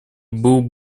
был